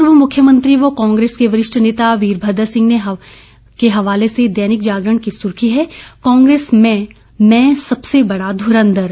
पूर्व मुख्यमंत्री व कांग्रेस के वरिष्ठ नेता वीरभद्र सिंह के हवाले से दैनिक जागरण की सुर्खी है कांग्रेस में मैं सबसे बड़ा धुरंघर